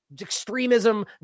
extremism